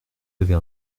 avez